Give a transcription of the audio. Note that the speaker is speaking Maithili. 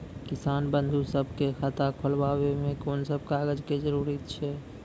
किसान बंधु सभहक खाता खोलाबै मे कून सभ कागजक जरूरत छै?